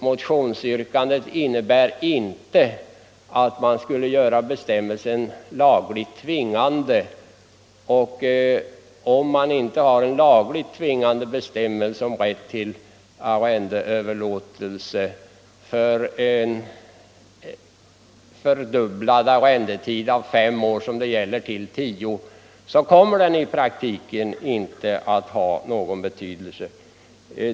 Motionsyrkandet går ju inte ut på att bestämmelsen skulle bli tvingande, och om det inte finns en lagligt tvingande bestämmelse om rätt till arrendeöverlåtelse för en fördubblad arrendetid från fem år till tio, så kommer bestämmelsen i praktiken inte att ha någon betydelse.